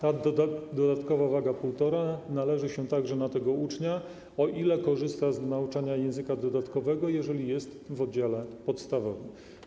Ta dodatkowa waga 1,5 należy się także na tego ucznia, o ile korzysta z nauczania języka dodatkowego, jeżeli jest w oddziale podstawowym.